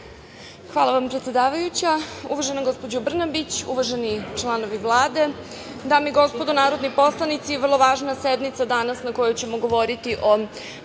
Hvala vam predsedavajuća. Uvaženi gospođo Brnabić, uvaženi članovi Vlade, dame i gospodo narodni poslanici, vrlo važna sednica danas na kojoj ćemo govoriti o